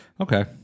Okay